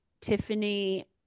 Tiffany